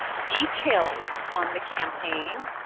details on the campaign,